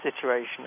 situation